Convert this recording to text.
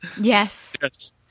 Yes